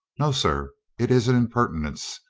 no, sir. it is an impertinence.